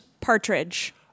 Partridge